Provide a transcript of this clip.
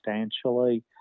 substantially